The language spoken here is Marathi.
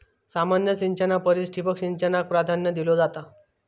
सामान्य सिंचना परिस ठिबक सिंचनाक प्राधान्य दिलो जाता